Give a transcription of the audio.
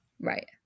Right